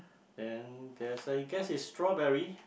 and there's I guess is strawberry